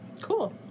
cool